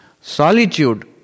Solitude